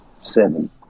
Seven